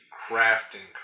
crafting